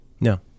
no